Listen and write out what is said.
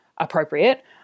appropriate